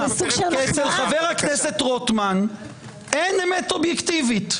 אצל חבר הכנסת רוטמן אין אמת אובייקטיבית.